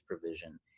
provision